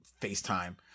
FaceTime